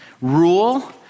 rule